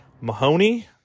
Mahoney